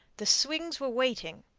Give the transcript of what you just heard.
the swings were waiting,